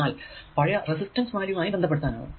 എന്നാൽ പഴയ resistance value ആയി ബന്ധപ്പെടുത്താനാകും